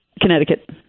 Connecticut